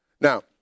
now